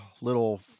little